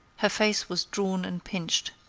her face was drawn and pinched,